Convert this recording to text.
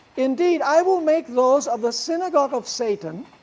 indeed i will make those of the synagogue of satan,